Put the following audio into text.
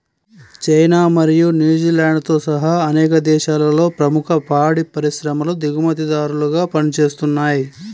China మరియు న్యూజిలాండ్తో సహా అనేక దేశాలలో ప్రముఖ పాడి పరిశ్రమలు దిగుమతిదారులుగా పనిచేస్తున్నయ్